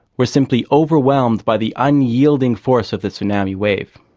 were simply overwhelmed by the unyielding force of the tsunami wave.